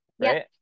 right